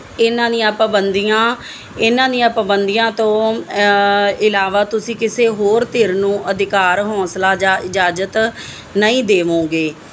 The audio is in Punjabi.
ਇਹਨਾਂ ਦੀਆਂ ਪਾਬੰਦੀਆਂ ਇਹਨਾਂ ਦੀਆਂ ਪਾਬੰਦੀਆਂ ਤੋਂ ਇਲਾਵਾ ਤੁਸੀਂ ਕਿਸੇ ਹੋਰ ਧਿਰ ਨੂੰ ਅਧਿਕਾਰ ਹੌਸਲਾ ਜਾ ਇਜਾਜ਼ਤ ਨਹੀਂ ਦੇਵੋਗੇ